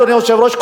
אדוני היושב-ראש,